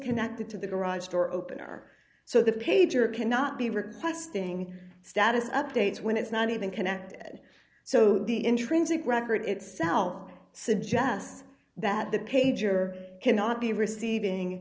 connected to the garage door opener so the pager cannot be requesting status updates when it's not even connected so the intrinsic record itself suggests that the pager cannot be